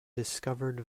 discovered